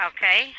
Okay